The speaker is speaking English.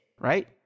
Right